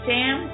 Sam